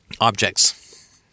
objects